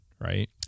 right